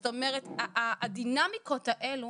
זאת אומרת, הדינמיקות האלו